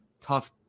tough